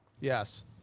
yes